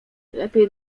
lepiej